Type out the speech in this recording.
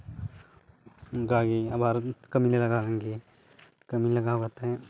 ᱚᱱᱠᱟᱜᱮ ᱟᱵᱟᱨ ᱠᱟᱹᱢᱤᱞᱮ ᱞᱟᱜᱟᱣᱮᱱ ᱜᱤ ᱠᱟᱹᱢᱤ ᱞᱟᱜᱟᱣ ᱠᱟᱛᱮ